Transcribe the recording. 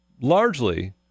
largely